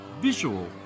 visual